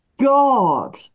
God